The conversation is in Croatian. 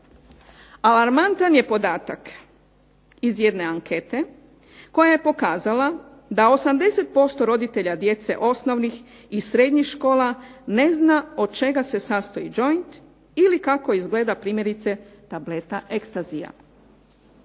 Alarmantan je podatak iz jedne ankete koja je pokazala da 80% roditelja djece osnovnih i srednjih škola ne zna od čega se sastoji joint ili kako izgleda primjerice tableta ecstasya.